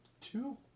two